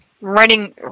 running